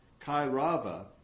Kairava